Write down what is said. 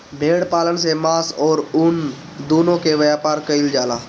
भेड़ पालन से मांस अउरी ऊन दूनो के व्यापार कईल जाला